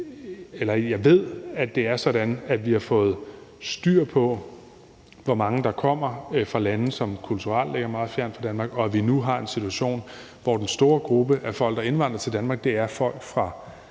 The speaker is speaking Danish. Jeg ved, at det er sådan, at vi har fået styr på, hvor mange der kommer fra lande, som kulturelt ligger meget fjernt fra Danmark, og at vi nu har en situation, hvor den store gruppe af folk, der indvandrer til Danmark, er folk fra vestlige